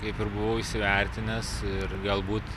kaip ir buvau įsivertinęs ir galbūt